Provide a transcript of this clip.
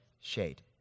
shade